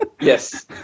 Yes